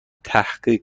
تحقیق